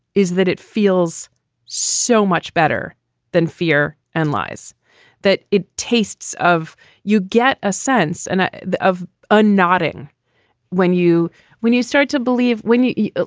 is that it feels so much better than fear and lies that it tastes of you get a sense and ah of a nodding when you when you start to believe, when you eat,